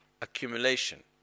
accumulation